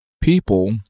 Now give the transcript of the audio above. people